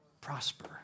prosper